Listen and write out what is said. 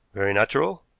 very natural,